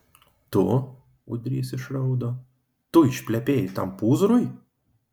tu ūdrys išraudo tu išplepėjai tam pūzrui